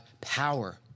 power